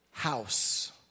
house